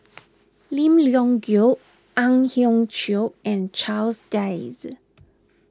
Lim Leong Geok Ang Hiong Chiok and Charles Dyce